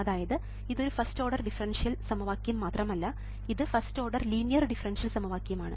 അതായത് ഇത് ഒരു ഫസ്റ്റ് ഓർഡർ ഡിഫറൻഷ്യൽ സമവാക്യം മാത്രമല്ല ഇത് ഫസ്റ്റ് ഓർഡർ ലീനിയർ ഡിഫറൻഷ്യൽ സമവാക്യമാണ്